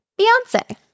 Beyonce